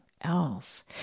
else